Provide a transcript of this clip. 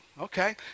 Okay